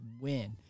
win